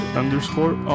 underscore